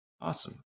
Awesome